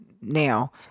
now